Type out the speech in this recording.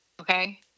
Okay